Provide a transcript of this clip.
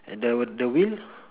and the the wheel